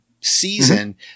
season